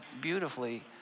beautifully